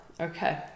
okay